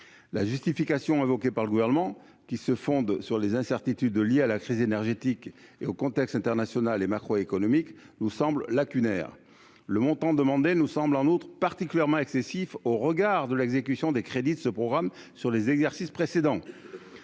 la justification invoquée par le gouvernement, qui se fonde sur les incertitudes liées à la crise énergétique et au contexte international et macroéconomique nous semble lacunaires le montant demandé nous semble en outre particulièrement excessif au regard de l'exécution des crédits de ce programme sur les exercices précédents